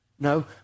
No